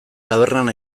tabernan